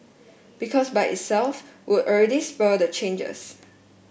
because by itself would already spur the changes